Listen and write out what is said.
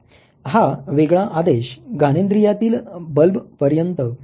हा वेगळा आदेश घानेद्रीयातील बल्ब पर्यंत पोहचते